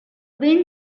wind